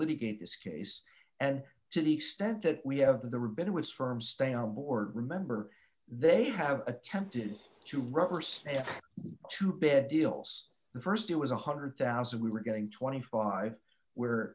litigate this case and to the extent that we have the ribbon was firm stay on board remember they have attempted to rubber stamp to bid deals the st it was one hundred thousand we were getting twenty five where